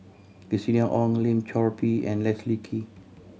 Christina Ong Lim Chor Pee and Leslie Kee